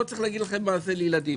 לא צריך להגיד לכם מה זה לילדים.